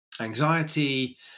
anxiety